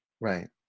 Right